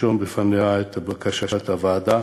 לרשום לפניה את בקשת הוועדה